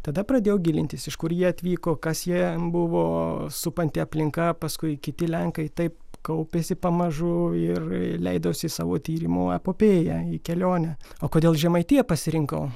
tada pradėjau gilintis iš kur jie atvyko kas joje buvo supanti aplinka paskui kiti lenkai taip kaupėsi pamažu ir leidosi į savo tyrimo epopėją į kelionę o kodėl žemaitiją pasirinkau